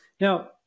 Now